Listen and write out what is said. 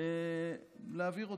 להעביר אותו.